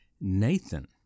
Nathan